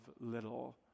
little